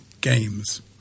games